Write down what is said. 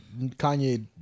Kanye